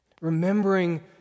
Remembering